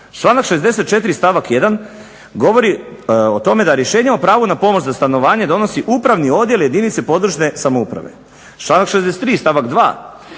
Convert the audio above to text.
Članak 64. stavak 1. govori o tome da rješenje o pravu na pomoć za stanovanje donosi Upravni odjel jedinice područne samouprave. Članak 63. stavak 2.